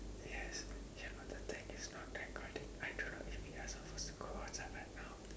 yes you know the thing is not recording I don't know if we are supposed to go outside right now